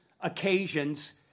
occasions